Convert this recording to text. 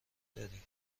داری